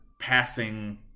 passing